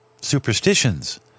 superstitions